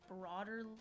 broader